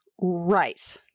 Right